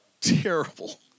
terrible